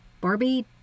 Barbie